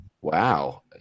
Wow